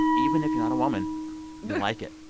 even if you're not a woman, you'll like it.